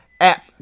app